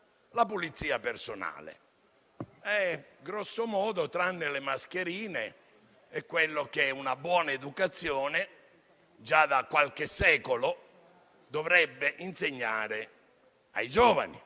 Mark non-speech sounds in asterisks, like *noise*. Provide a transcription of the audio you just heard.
Allora, se questa è la vostra priorità, mi sento male: figurarsi quelle che non lo sono! *applause* Se la vostra priorità porta alla necessità di far intervenire le Forze armate